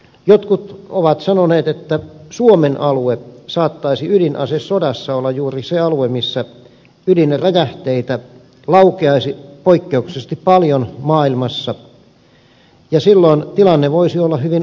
jotkut ovat sanoneet että suomen alue saattaisi ydinasesodassa olla juuri se alue maailmassa missä ydinräjähteitä laukeaisi poikkeuksellisen paljon ja silloin tilanne voisi olla hyvin arvaamaton